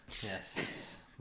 yes